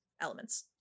elements